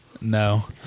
no